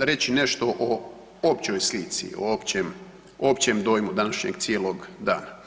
reći nešto o općoj slici o općem dojmu današnjeg cijelog dana.